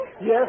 Yes